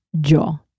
jaw